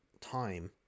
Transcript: time